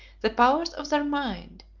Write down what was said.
the powers of their mind,